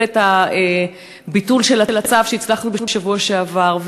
את הביטול של הצו שהצלחנו להוציא בשבוע שעבר.